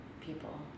people